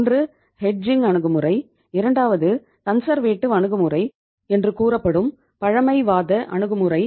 ஒன்று ஹெட்ஜிங் அணுகுமுறை